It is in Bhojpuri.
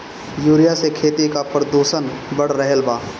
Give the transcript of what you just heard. यूरिया से खेती क प्रदूषण बढ़ रहल बा